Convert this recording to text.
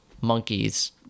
monkeys